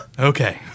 Okay